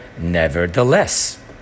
nevertheless